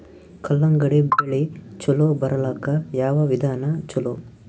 ಕಲ್ಲಂಗಡಿ ಬೆಳಿ ಚಲೋ ಬರಲಾಕ ಯಾವ ವಿಧಾನ ಚಲೋ?